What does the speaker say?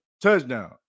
touchdown